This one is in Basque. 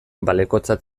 balekotzat